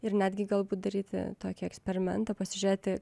ir netgi galbūt daryti tokį eksperimentą pasižiūrėti